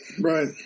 right